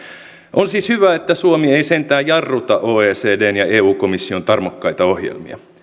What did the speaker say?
on siis hyvä että suomi ei sentään jarruta oecdn ja eu komission tarmokkaita ohjelmia